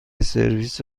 سرویس